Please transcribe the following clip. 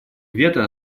вето